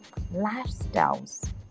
lifestyles